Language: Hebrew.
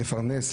לפרנס,